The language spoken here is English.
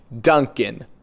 Duncan